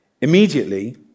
Immediately